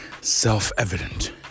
self-evident